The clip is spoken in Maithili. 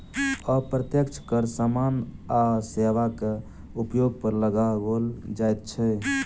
अप्रत्यक्ष कर सामान आ सेवाक उपयोग पर लगाओल जाइत छै